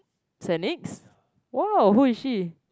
saint nick's !wow! who is she